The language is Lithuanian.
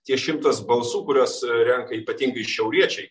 tie šimtas balsų kuriuos renka ypatingai šiauriečiai